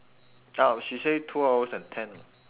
oh she say two hours and ten lah